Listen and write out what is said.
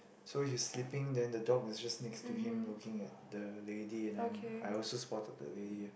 so he sleeping then the dog is just next to him looking at the lady and I'm I also spot at the lady